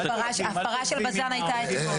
ההפרה של בז"ן הייתה אתמול.